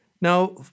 Now